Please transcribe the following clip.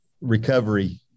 recovery